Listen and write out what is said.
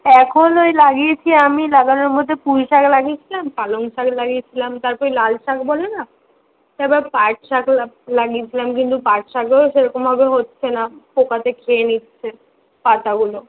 এখন ওই লাগিয়েছি আমি লাগানোর মধ্যে পুঁই শাক লাগিয়েছিলাম পালং শাক লাগিয়েছিলাম তারপরে লাল শাক বলে না তারপর পাট শাক লাগিয়েছিলাম কিন্তু পাট শাকও সেরকমভাবে হচ্ছে না পোকাতে খেয়ে নিচ্ছে পাতাগুলো